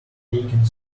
taking